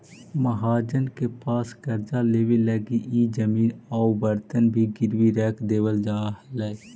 महाजन के पास कर्जा लेवे लगी इ जमीन औउर बर्तन भी गिरवी रख देवल जा हलई